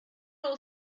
all